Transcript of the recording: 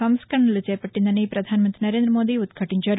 సంస్కరణలు చేపట్లిందని పధానమంత్రి నరేందమోదీ ఉద్భాటించారు